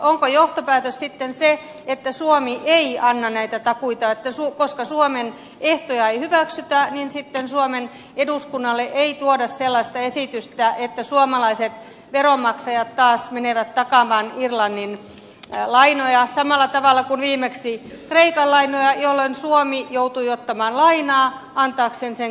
onko johtopäätös sitten se että suomi ei anna näitä takuita että koska suomen ehtoja ei hyväksytä niin sitten suomen eduskunnalle ei tuoda sellaista esitystä että suomalaiset veronmaksajat taas menevät takaamaan irlannin lainoja samalla tavalla kuin viimeksi kreikan lainoja jolloin suomi joutui ottamaan lainaa antaakseen sen kreikalle